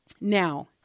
Now